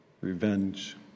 revenge